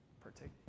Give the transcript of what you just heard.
partake